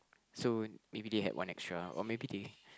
so maybe they had one extra or maybe they